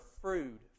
fruit